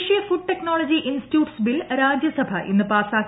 ദേശീയ food technology institutes bill Rajya Sabha ഇന്ന് പാസാക്കി